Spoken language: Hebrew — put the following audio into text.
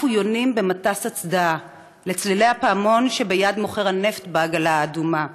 עפו יונים במטס הצדעה / לצלילי הפעמון שביד מוכר הנפט בעגלה האדומה,